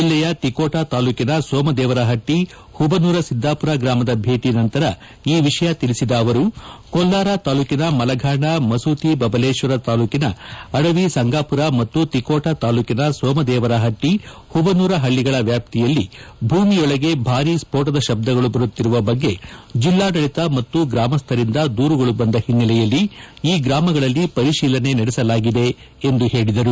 ಜಿಲ್ಲೆಯ ತಿಕೋಟಾ ತಾಲೂಕಿನ ಸೋಮದೇವರಹಟ್ಟಿ ಹುಬನೂರ ಸಿದ್ದಾಪೂರ ಗ್ರಾಮದ ಭೇಟಿ ನಂತರ ಈ ವಿಷಯ ತಿಳಿಸಿದ ಅವರು ಕೋಲ್ವಾರ ತಾಲೂಕಿನ ಮಲಘಾಣ ಮಸೂತಿ ಬಬಲೇಶ್ವರ ತಾಲೂಕಿನ ಅಡವಿ ಸಂಗಾಪೂರ ಮತ್ತು ತಿಕೋಟಾ ತಾಲೂಕಿನ ಸೋಮದೇವರ ಹಟ್ಟಿ ಹುಬನೂರ ಹಳ್ಳಿಗಳ ವ್ಯಾದ್ತಿಯಲ್ಲಿ ಭೂಮಿಯೊಳಗೆ ಭಾರೀ ಸ್ಪೋಟದ ಶಬ್ದಗಳು ಬರುತ್ತಿರುವ ಬಗ್ಗೆ ಜಿಲ್ಲಾಡಳಿತ ಮತ್ತು ಗ್ರಾಮಸ್ಠರಿಂದ ದೂರುಗಳು ಬಂದ ಹಿನ್ನೆಲೆಯಲ್ಲಿ ಈ ಗ್ರಾಮಗಳಲ್ಲಿ ಪರಿಶೀಲನೆ ನಡೆಸಲಾಗಿದೆ ಎಂದು ಹೇಳಿದರು